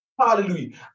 Hallelujah